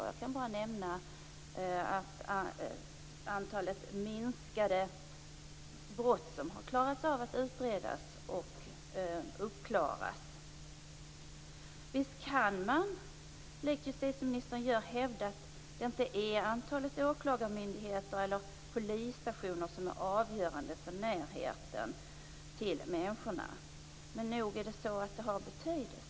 Jag kan bara nämna det minskade antal brott som man har klarat av att utreda och klara upp. Visst kan man likt justitieministern hävda att det inte är antalet åklagarmyndigheter eller polisstationer som är avgörande för närheten till människorna. Men nog är det så att det har betydelse.